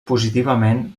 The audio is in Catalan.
positivament